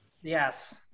Yes